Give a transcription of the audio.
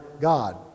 God